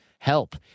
Help